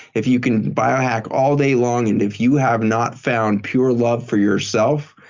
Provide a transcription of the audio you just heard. if you can biohack all day long and if you have not found pure love for yourself,